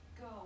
go